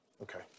Okay